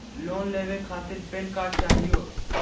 Loan लेवे खातीर PAN card चाहियो?